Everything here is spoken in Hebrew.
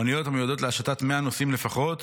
אוניות המיועדות להשטת 100 נוסעים לפחות,